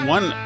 One